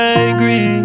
angry